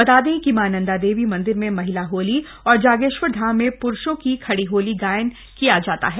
बता दें कि मां नन्दा देवी मंदिर में महिला होती और जागेश्वर धाम में प्रुषों की खड़ी होली गायन किया जाता है